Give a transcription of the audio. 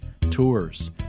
tours